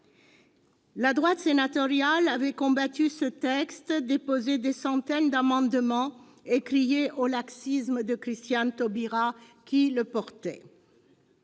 La droite sénatoriale avait combattu ce texte, déposé des centaines d'amendements et crié au laxisme de Christiane Taubira, qui le portait.